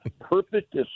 perfect